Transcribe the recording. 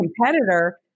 competitor